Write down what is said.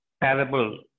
parable